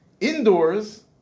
indoors